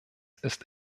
ist